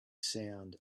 sound